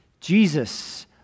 Jesus